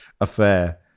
affair